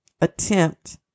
attempt